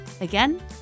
Again